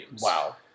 Wow